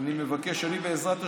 אני מבקש, בעזרת השם,